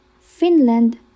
Finland